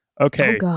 Okay